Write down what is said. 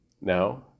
Now